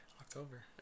October